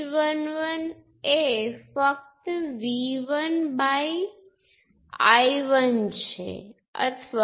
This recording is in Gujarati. તેથી ચાલો કહીએ કે આ પોર્ટ 1 છે જેની સાથે V1 છે અને તેના દ્વારા I1 અને આ પોર્ટ 2 એ V2 સાથે છે અને તેના દ્વારા I2